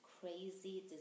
crazy